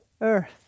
earth